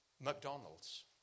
McDonald's